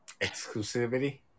exclusivity